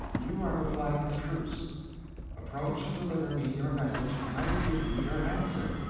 you are the flag of truce approach and deliver me your message, and i will give you your answer.